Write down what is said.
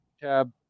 tab